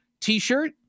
T-shirt